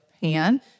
pan